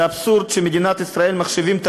זה אבסורד שבמדינת ישראל מחשיבים את